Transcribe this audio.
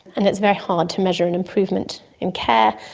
and it's very hard to measure an improvement in care,